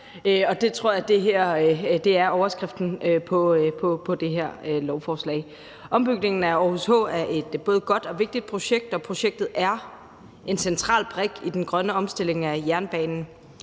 jeg er overskriften på det her lovforslag. Ombygningen af Aarhus H er et både godt og vigtigt projekt, og projektet er en central brik i den grønne omstilling af jernbanen.